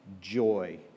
joy